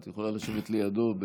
את יכולה לשבת לידו.